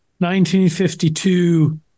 1952